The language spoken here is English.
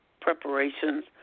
preparations